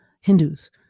Hindus